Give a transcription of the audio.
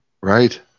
Right